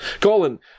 Colin